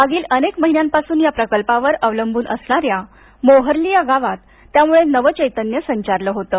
मागील अनेक महिन्यापासून या प्रकल्पावर अवलंबून असणाऱ्या मोहर्ली या गावात त्यामुळे नव चैतन्य संचारलं होतं